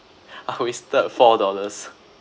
I wasted four dollars